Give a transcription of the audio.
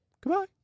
Goodbye